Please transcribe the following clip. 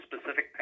specific